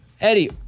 Eddie